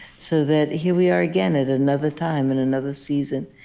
so that here we are again at another time in another season,